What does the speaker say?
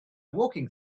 walking